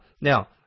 Now